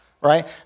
right